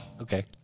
Okay